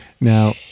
Now